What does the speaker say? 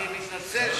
אני מתנצל,